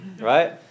Right